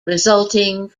resulting